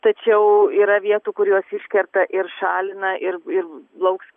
tačiau yra vietų kur juos iškerta ir šalina ir ir lauks